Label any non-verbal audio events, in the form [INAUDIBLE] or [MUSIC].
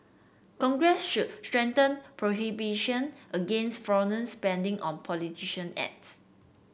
congress should strengthen prohibition against foreign spending on [UNINTELLIGIBLE] ads